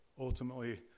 ultimately